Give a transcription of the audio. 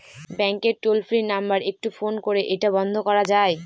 ব্যাংকের toll free number একটু phone করে এটা বন্ধ করা যায়?